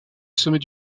sommet